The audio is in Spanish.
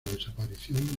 desaparición